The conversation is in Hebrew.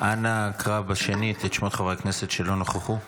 אנא קרא שנית את שמות חברי הכנסת שלא נכחו.